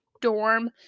dorm